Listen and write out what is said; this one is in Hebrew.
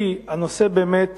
כי הנושא באמת